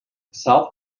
south